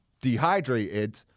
dehydrated